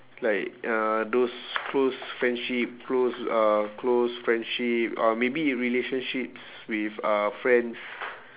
like uh those close friendship close uh close friendship uh maybe relationships with uh friends